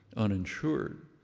uninsured.